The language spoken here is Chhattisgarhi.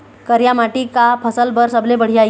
करिया माटी का फसल बर सबले बढ़िया ये?